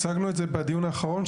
הצגנו את זה בדיון האחרון,